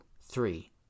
three